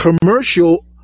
commercial